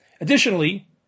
Additionally